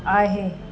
आहे